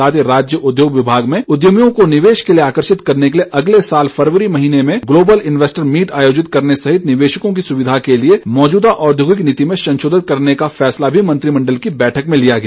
साथ ही राज्य उद्योग विभाग में उद्यमियों को निवेश के लिए आकर्षित करने के लिए अगले वर्ष फरवरी महीने में ग्लोबल इन्वेस्टर मीट आयोजित करने सहित निवेशकों की सुविधा के लिए मौजूदा औद्योगिक नीति में संशोधन करने का फैसला भी मंत्रिमण्डल की बैठक में लिया गया